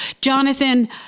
Jonathan